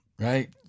right